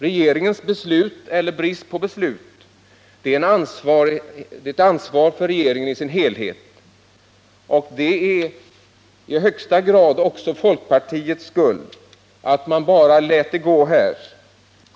Regeringens brist på beslut får hela regeringen ansvara för. Det är i högsta grad också folkpartiets skuld att det gick så här.